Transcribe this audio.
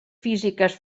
físiques